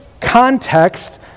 context